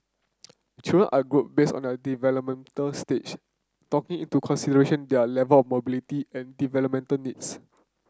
children are grouped based on their developmental stage talking into consideration their level mobility and developmental needs